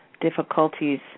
difficulties